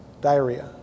Diarrhea